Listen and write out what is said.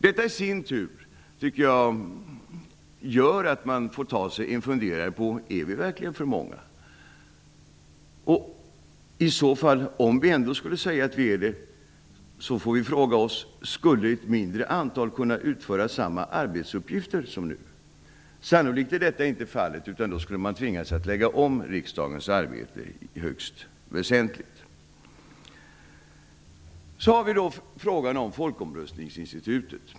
Detta gör att vi måste fundera över om vi verkligen är för många. Om vi ändå anser att vi är för många, måste vi fråga oss om ett mindre antal kan utföra samma mängd arbetsuppgifter som nu. Sannolikt är detta inte fallet. Då tvingas man lägga om riksdagens arbete högst väsentligt. Vidare har vi fråga om folkomröstningsinstitutet.